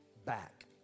back